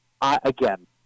Again